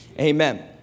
Amen